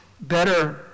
better